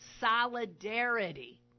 solidarity